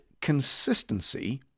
consistency